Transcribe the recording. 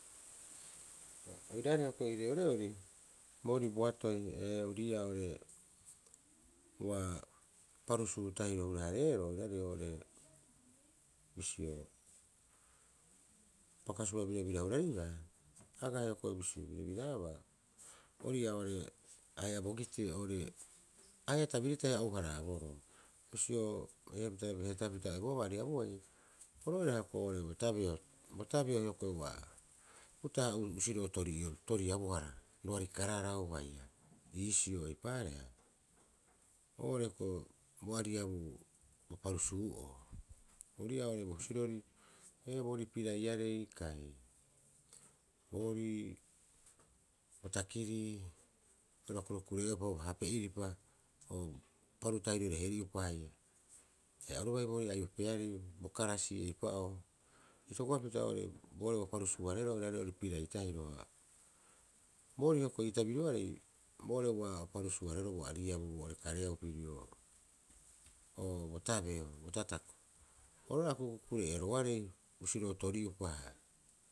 Oiraarei hioko'i ii reoreori boorii boatoi, ee ori ii'aa oo'ore uu parusuu tahiro hura- hareerooo oiraarei oo'ore bisio pakasua birabira huraribaa. Agaa hioko'i bisio birabiraabaa, ori ii'aa oo'ore ahe'a bogitei, ore ahe'a tabiri tahi ou- haraaboro, bisio heetaapita o ebuabaa ariabuai. Oru oira hioko'i bo tabeo- botabeo a uta'aha usiro'o toriabohara roari kararau haia iisio eipaareha, oo'ore koe bo ariabu bo parusuu'oo. Ori ii'aa oo'ore bo husirori ee boorii piraiarei kai boorii bo takirii oiraba kurekure'eeopa hape'iripa paru tahirore heri'opa haia. Haia oru bai boorii aiopearei bokarasii, eipa'oo itokopapita oo'ore boo'ore ua parusuu- hareeroo oiraarei oo'ore pirai tahiro. Ha boorii hioko'i ii tabirioarei boo'ore ua parusuu- hareeroo kareeau pirio, o botabeo bo tatako oru'oo usiro'o tori'opa.